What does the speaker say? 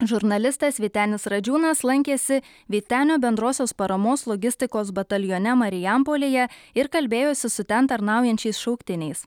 žurnalistas vytenis radžiūnas lankėsi vytenio bendrosios paramos logistikos batalione marijampolėje ir kalbėjosi su ten tarnaujančiais šauktiniais